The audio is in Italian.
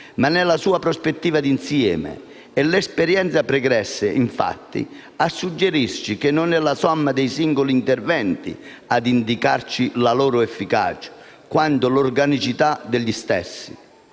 ma nella sua prospettiva d'insieme. È l'esperienza pregressa, infatti, a suggerirci che non è la somma dei singoli interventi ad indicarci la loro efficacia, quanto l'organicità degli stessi.